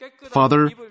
Father